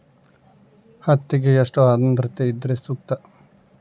ಹತ್ತಿಗೆ ಎಷ್ಟು ಆದ್ರತೆ ಇದ್ರೆ ಸೂಕ್ತ?